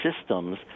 systems